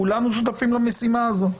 כולנו שותפים למשימה הזו.